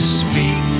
speak